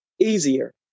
Easier